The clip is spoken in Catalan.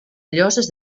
lloses